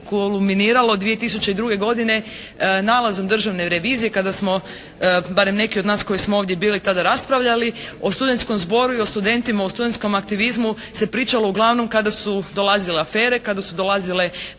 kulminiralo 2002. godine nalazom Državne revizije kada smo barem neki od nas koji smo ovdje bili tada raspravljali o Studentskom zboru i o studentima, o studentskom aktivizmu se pričalo uglavnom kada su dolazile afere, kada su dolazile